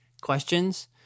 questions